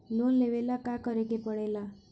Loan लेबे ला का करे के पड़े ला?